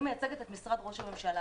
אני מייצגת את משרד ראש הממשלה.